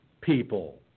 people